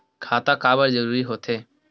खाता काबर जरूरी हो थे?